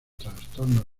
trastornos